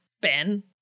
Ben